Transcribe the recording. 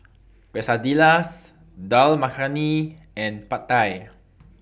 Quesadillas Dal Makhani and Pad Thai